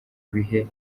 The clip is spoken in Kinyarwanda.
bihe